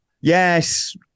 yes